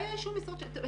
את